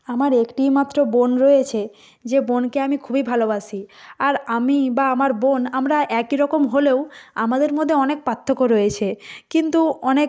আমার একটিইমাত্র বোন রয়েছে যে বোনকে আমি খুবই ভালোবাসি আর আমি বা আমার বোন আমরা একই রকম হলেও আমাদের মধ্যে অনেক পার্থক্য রয়েছে কিন্তু অনেক